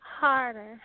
harder